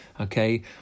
okay